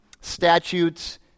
statutes